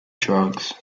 drugs